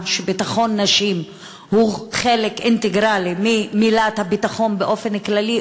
שביטחון נשים הוא חלק אינטגרלי של הביטחון באופן כללי,